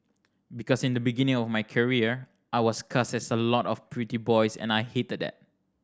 because in the beginning of my career I was cast as a lot of pretty boys and I hated that